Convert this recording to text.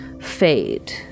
fade